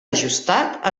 ajustat